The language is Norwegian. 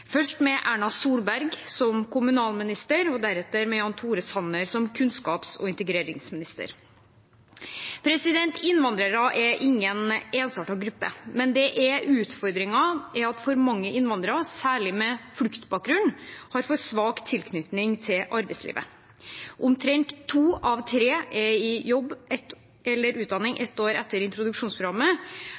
først med Erna Solberg som kommunalminister og deretter med Jan Tore Sanner som kunnskaps- og integreringsminister. Innvandrere er ingen ensartet gruppe, men utfordringen er at for mange innvandrere, særlig de med fluktbakgrunn, har for svak tilknytning til arbeidslivet. Omtrent to av tre er i jobb eller utdanning ett år etter introduksjonsprogrammet.